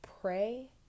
pray